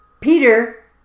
Peter